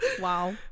wow